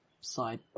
side